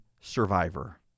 survivor